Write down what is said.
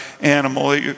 animal